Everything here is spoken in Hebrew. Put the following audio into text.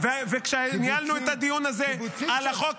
קיבוצים שלהם.